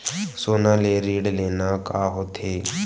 सोना ले ऋण लेना का होथे?